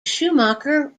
schumacher